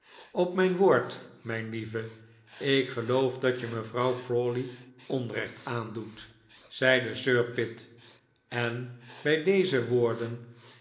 op mijn woord mijn lieve ik geloof dat je mevrouw crawley onrecht aandoet zeide sir pitt en bij deze woorden